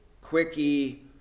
quickie